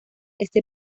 este